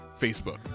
Facebook